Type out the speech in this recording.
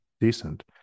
decent